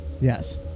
Yes